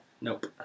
Nope